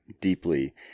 deeply